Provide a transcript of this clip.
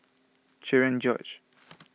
Cherian George